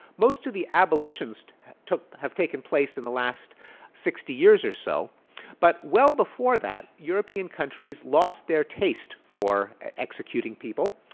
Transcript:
most of the abolitions have taken place in the last sixty years or so but well before that european countries lost their taste for executing people.